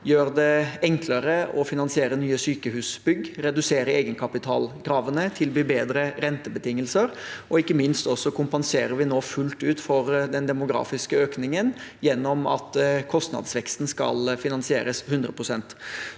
gjøre det enklere å finansiere nye sykehusbygg og redusere egenkapitalkravene til det blir bedre rentebetingelser, og ikke minst kompenserer vi nå fullt ut for den demografiske økningen gjennom at kostnadsveksten skal finansieres 100